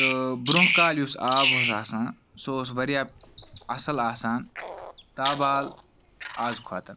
تہ برونٛہہ کالہ یُس آب اوس آسان سُہ اوس واریاہ اَصٕل آسان تاب حال آز کھوتہٕ